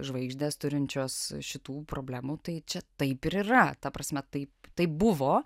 žvaigždės turinčios šitų problemų tai čia taip ir yra ta prasme taip taip buvo